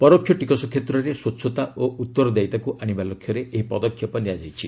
ପରୋକ୍ଷ ଟିକସ କ୍ଷେତ୍ରରେ ସ୍ପଚ୍ଛତା ଓ ଉତ୍ତରଦାୟୀତାକୁ ଆଣିବା ଲକ୍ଷ୍ୟରେ ଏହି ପଦକ୍ଷେପ ନିଆଯାଇଛି